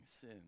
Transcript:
sin